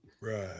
Right